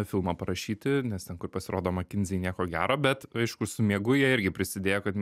filmą parašyti nes ten kur pasirodo mckinsey nieko gero bet aišku su miegu jie irgi prisidėjo kad